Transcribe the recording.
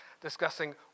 discussing